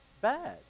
bad